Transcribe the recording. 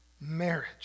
marriage